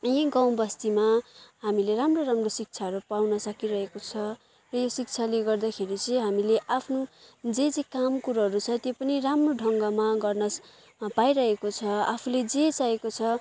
यहीँ गाउँबस्तीमा हामीले राम्रो राम्रो शिक्षाहरू पाउन सकिरहेको छ यो शिक्षाले गर्दाखेरि चाहिँ हामीले आफ्नो जे जे काम कुराहरू छ त्यो पनि राम्रो ढङ्गमा गर्न पाइरहेको छ आफूले जे चाहेको छ